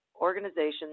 organizations